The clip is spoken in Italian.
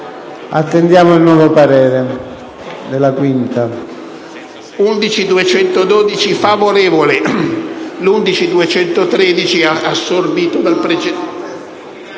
Attendiamo il nuovo parere della 5ª